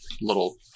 little